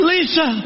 Lisa